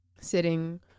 sitting